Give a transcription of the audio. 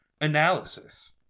analysis